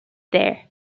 there